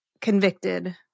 convicted